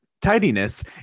tidiness